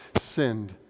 sinned